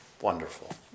Wonderful